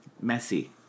messy